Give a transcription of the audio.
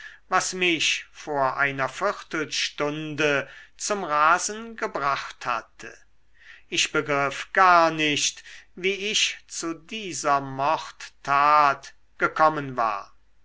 was mich vor einer viertelstunde zum rasen gebracht hatte ich begriff gar nicht wie ich zu dieser mordtat gekommen war